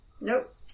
Nope